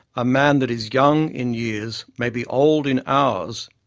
a man that is young in yeares, may be old in houres,